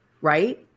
right